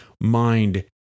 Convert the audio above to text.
mind